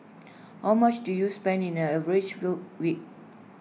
how much do you spend in A average rode week